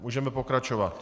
Můžeme pokračovat.